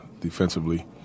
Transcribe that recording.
defensively